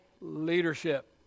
leadership